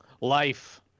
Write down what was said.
Life